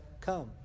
come